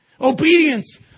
Obedience